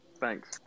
Thanks